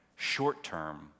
short-term